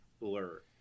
blur